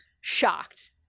shocked